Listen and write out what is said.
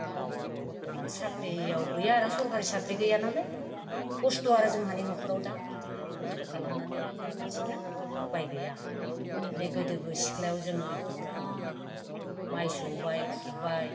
दा बर्त'मान साख्रियाव गैया आरो सरखारि साख्रि गैया नालाय कस्त' आरो जोंहानि न'खराव दा बिदिनो कस्त' खालामनानैनो जागासिनो उपाय गैया बेनिफ्राय गोदोबो सिख्लायाव जोङो बिराद माइ सौबाय फुबाय